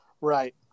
right